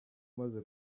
umaze